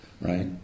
right